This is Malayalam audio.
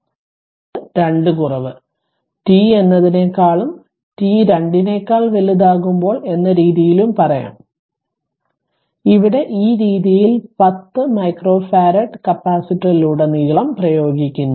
ഇത് 2 കുറവ് t എന്നതിനേക്കാളും t 2 നെക്കാൾ വലുതാകുമ്പോൾ എന്ന രീതിയിലും പറയാം അതിനാൽ ഇവിടെ ഈ രീതിയിൽ 10 മൈക്രോഫറാഡ് കപ്പാസിറ്ററിലുടനീളം പ്രയോഗിക്കുന്നു